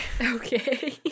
Okay